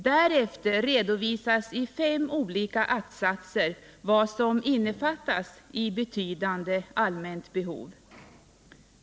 Därefter redovisas i fem olika attsatser vad som innefattas i ”betydande allmänt behov”.